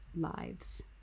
lives